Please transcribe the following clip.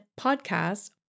podcasts